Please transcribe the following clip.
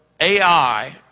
AI